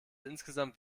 insgesamt